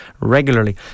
regularly